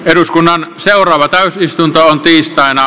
eduskunnan seuraava ei syntynyt